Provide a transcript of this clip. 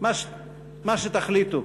מה שתחליטו: